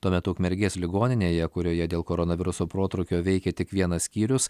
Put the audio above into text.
tuo metu ukmergės ligoninėje kurioje dėl koronaviruso protrūkio veikė tik vienas skyrius